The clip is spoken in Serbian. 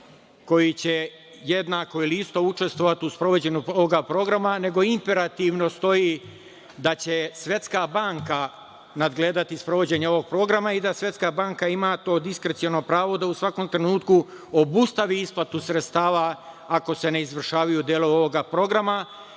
koji će jednako ili isto učestovati u sprovođenju toga programa, nego imperativno stoji da će Svetska banka nadgledati sprovođenje ovog programa i da Svetska banka ima to diskreciono pravo da u svakom trenutku obustavi isplatu sredstava ako se ne izvršavaju delovi ovog programa,